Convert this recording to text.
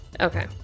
Okay